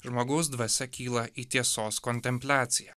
žmogaus dvasia kyla į tiesos kontempliaciją